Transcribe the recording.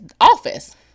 office